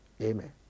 Amen